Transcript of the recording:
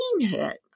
hit